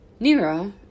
Nira